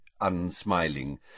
unsmiling